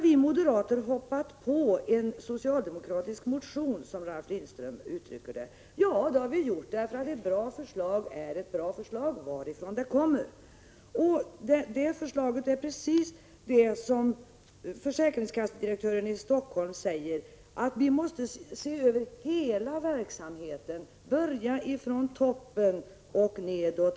Vi moderater har hoppat på en socialdemokratisk motion, som Ralf Lindström uttrycker sig. Ja, det har vi gjort. Men ett bra förslag är ett bra förslag, varifrån det än kommer. I förslaget sägs precis det som försäkringskassedirektören i Stockholm säger, nämligen att vi måste se över hela verksamheten. Vi måste börja från toppen och gå nedåt.